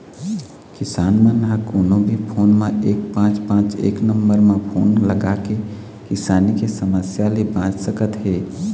किसान मन ह कोनो भी फोन म एक पाँच पाँच एक नंबर म फोन लगाके किसानी के समस्या ले बाँच सकत हे